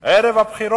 לא, ערב הבחירות